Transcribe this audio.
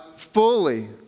fully